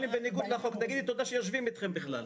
תגידי תודה שיושבים אתכם בכלל.